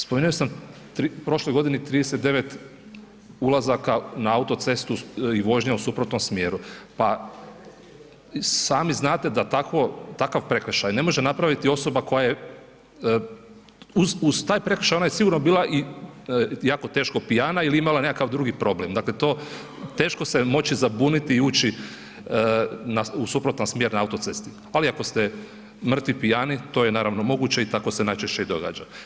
Spomenuo sam u prošloj godini 39 ulazaka na auto cestu i vožnje u suprotnom smjeru, pa sami znate da takav prekršaj ne može napraviti osoba koja je, uz taj prekršaj ona je sigurno bila i jako teško pijana ili imala nekakav drugi problem, dakle to teško se moći zabuniti i ući u suprotan smjer na auto cesti, ali ako ste mrtvi pijani, to je naravno moguće i tako se najčešće i događa.